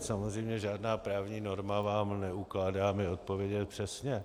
Samozřejmě, žádná právní norma vám neukládá mi odpovědět přesně.